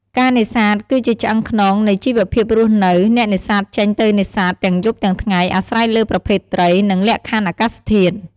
ការនេសាទគឺជាឆ្អឹងខ្នងនៃជីវភាពរស់នៅ អ្នកនេសាទចេញទៅនេសាទទាំងយប់ទាំងថ្ងៃ អាស្រ័យលើប្រភេទត្រី និងលក្ខខណ្ឌអាកាសធាតុ។